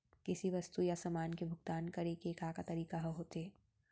किसी वस्तु या समान के भुगतान करे के का का तरीका ह होथे?